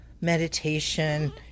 meditation